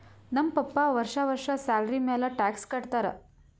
ನಮ್ ಪಪ್ಪಾ ವರ್ಷಾ ವರ್ಷಾ ಸ್ಯಾಲರಿ ಮ್ಯಾಲ ಟ್ಯಾಕ್ಸ್ ಕಟ್ಟತ್ತಾರ